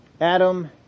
Adam